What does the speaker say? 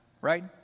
Right